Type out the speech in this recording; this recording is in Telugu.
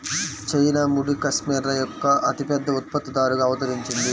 చైనా ముడి కష్మెరె యొక్క అతిపెద్ద ఉత్పత్తిదారుగా అవతరించింది